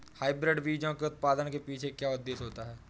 Hybrid बीजों के उत्पादन के पीछे क्या उद्देश्य होता है?